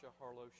Harlow